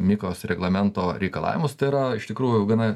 mikos reglamento reikalavimus tai yra iš tikrųjų gana